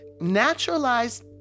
naturalized